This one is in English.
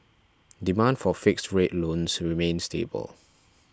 demand for fixed rate loans remains stable